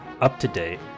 up-to-date